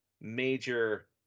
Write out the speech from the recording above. major